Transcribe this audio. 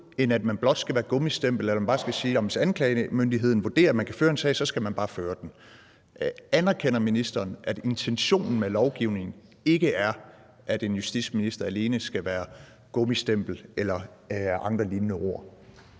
end at man blot skal være gummistempel eller man bare skal sige, at hvis anklagemyndigheden vurderer, der kan føres en sag, så skal den bare føres. Anerkender ministeren, at intentionen med lovgivningen ikke er, at en justitsminister alene skal være gummistempel eller noget lignende?